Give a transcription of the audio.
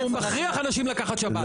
הוא מכריח אנשים לקחת שב"ן.